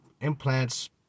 implants